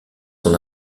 son